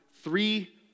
three